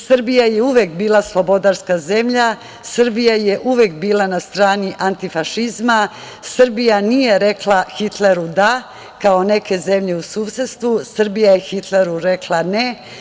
Srbija je uvek bila slobodarska zemlja, Srbija je uvek bila na strani antifašizma, Srbija nije rekla Hitleru da, kao neke zemlje u susedstvu, Srbija je Hitleru rekla ne.